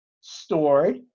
stored